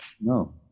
No